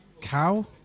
Cow